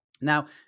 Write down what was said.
Now